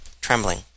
trembling